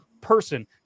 person